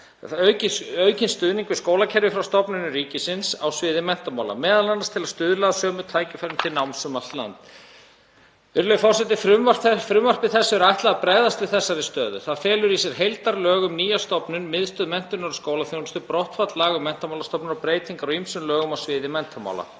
verið um aukinn stuðning við skólakerfið frá stofnunum ríkisins á sviði menntamála, m.a. til að stuðla að sömu tækifærum til náms um allt land. Virðulegi forseti. Frumvarpi þessu er ætlað að bregðast við þessari stöðu. Það felur í sér heildarlög um nýja stofnun, Miðstöð menntunar og skólaþjónustu, brottfall laga um Menntamálastofnun og breytingar á ýmsum lögum á sviði menntamála.